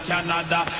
Canada